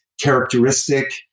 characteristic